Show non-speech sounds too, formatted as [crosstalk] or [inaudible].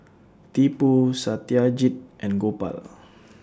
Tipu Satyajit and Gopal [noise]